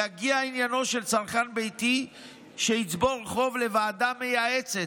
יגיע עניינו של צרכן ביתי שיצבור חוב לוועדה מייעצת,